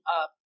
up